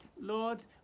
Lord